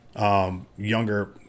younger